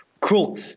cool